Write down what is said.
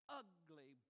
ugly